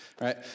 right